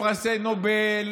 לפרסי נובל,